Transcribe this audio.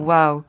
Wow